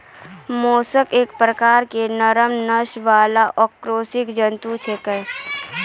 mollusc एक प्रकार के नरम नस वाला अकशेरुकी जंतु छेकै